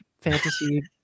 fantasy